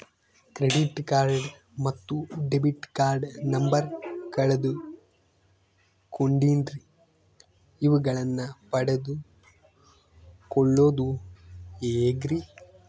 Credit card ಮತ್ತು debit card number ಕಳೆದುಕೊಂಡಿನ್ರಿ ಅವುಗಳನ್ನ ಪಡೆದು ಕೊಳ್ಳೋದು ಹೇಗ್ರಿ?